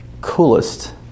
coolest